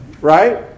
right